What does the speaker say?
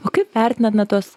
o kaip vertinat na tuos